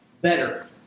better